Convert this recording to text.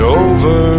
over